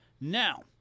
Now